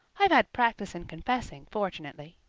i've had practice in confessing, fortunately.